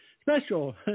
Special